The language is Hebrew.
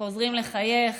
חוזרים לחייך.